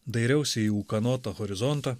dairiausi į ūkanotą horizontą